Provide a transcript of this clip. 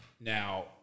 Now